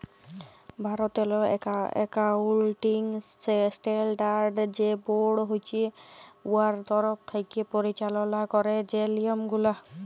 ভারতেরলে accounting standard যে board আছে উয়ার তরফ থ্যাকে পরিচাললা ক্যারে যে লিয়মগুলা